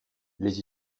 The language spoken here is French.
les